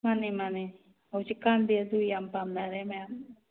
ꯃꯥꯅꯦ ꯃꯥꯅꯦ ꯍꯧꯖꯤꯛ ꯀꯥꯟꯗꯤ ꯑꯗꯨ ꯌꯥꯝ ꯄꯥꯝꯅꯔꯦ ꯃꯌꯥꯝ